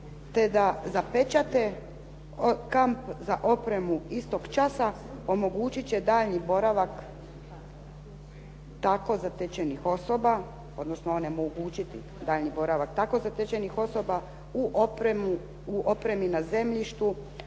te da zapečate kamp za opremu istog časa omogućit će daljnji boravak tako zatečenih osoba, odnosno onemogućiti